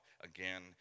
again